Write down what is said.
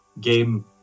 game